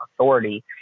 authority